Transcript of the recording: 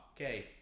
okay